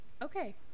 Okay